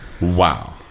Wow